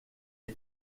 est